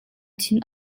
thin